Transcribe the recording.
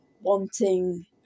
wanting